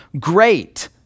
great